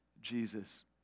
Jesus